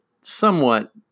somewhat